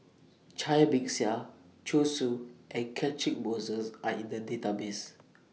Cai Bixia Zhu Xu and Catchick Moses Are in The Database